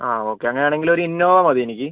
ആ ഓക്കെ അങ്ങനെ ആണെങ്കിൽ ഒരു ഇന്നോവ മതി എനിക്ക്